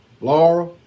Laura